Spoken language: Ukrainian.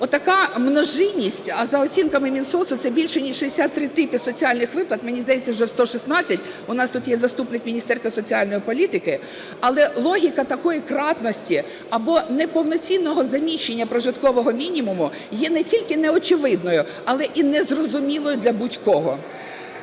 Отака множинність, а за оцінками Мінсоцу це більше ніж 63 типи соціальних виплат, мені здається, вже в 116, у нас тут є заступник з Міністерства соціальної політики. Але логіка такої кратності або неповноцінного заміщення прожиткового мінімуму є не тільки неочевидною, але і незрозумілою для будь-кого.